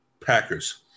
Packers